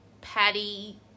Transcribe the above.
Patty